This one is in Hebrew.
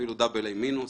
אפילו דאבל A מינוס,